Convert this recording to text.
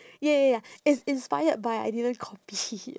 ya ya ya it's inspired but I didn't copy it